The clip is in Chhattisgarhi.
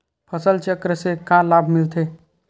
फसल चक्र से का लाभ मिलथे?